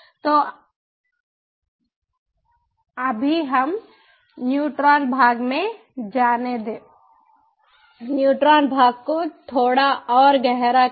तो अभी हम न्यूट्रॉन भाग में जाने दें न्यूट्रॉन भाग को थोड़ा और गहरा करें